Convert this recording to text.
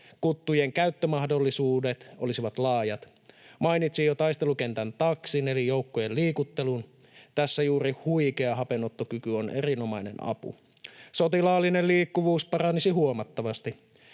Kuttujen käyttömahdollisuudet olisivat laajat. Mainitsin jo taistelukentän taksin eli joukkojen liikuttelun: Tässä juuri huikea hapenottokyky on erinomainen apu. Sotilaallinen liikkuvuus paranisi huomattavasti.